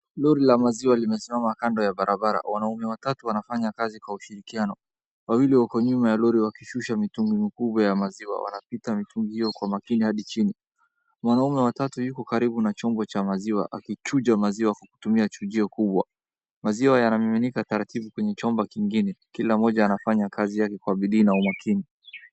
Lori la maziwa limesimama kando ya barabara, wanaume watatu wanafanya kazi kwa ushirikiano wawili wako nyuma ya lori wakishusha mitugi mikubwa ya maziwa. Wanashika kwa makini mitungi hiyo hadi chini. Mwanaume watatu yuko karibu na chungu cha maziwa akichuja maziwa kwa kutumia chujio kubwa，maziwa yanamiminika taratibu kwenye chombo kingine kila mmoja anafanya kazi yake Kwa bidii na umakini.